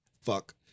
fuck